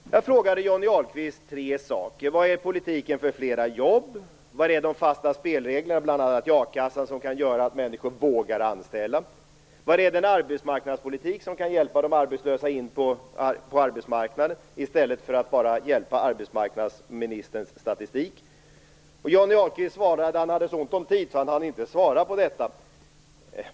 Jag ställde tre frågor till Johnny Ahlqvist: Var är politiken för flera jobb? Var är de fasta spelreglerna, bl.a. i a-kassan, som kan göra att människor vågar anställa? Var är den arbetsmarknadspolitik som kan hjälpa de arbetslösa in på arbetsmarknaden i stället för att bara hjälpa upp arbetsmarknadsministerns statistik? Johnny Ahlqvist svarade att han hade så ont om tid att han inte hann gå in på detta.